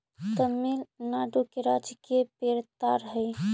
तमिलनाडु के राजकीय पेड़ ताड़ हई